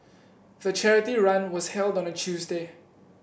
the charity run was held on a Tuesday